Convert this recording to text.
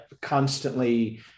constantly